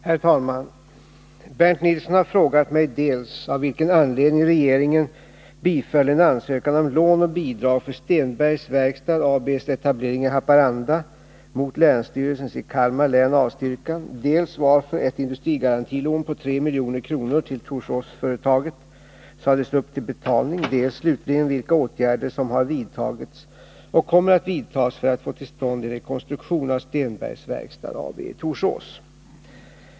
Herr talman! Bernt Nilsson har frågat mig dels av vilken anledning regeringen biföll en ansökan om lån och bidrag för Stenbergs Verkstad AB:s etablering i Haparanda mot länsstyrelsens i Kalmar län avstyrkan, dels varför ett industrigarantilån på 3 milj.kr. till Torsåsföretaget sades upp till betalning, dels slutligen vilka åtgärder som har vidtagits och kommer att vidtas för att få till stånd en rekonstruktion av Stenbergs Verkstad AB i Torsås.